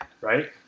Right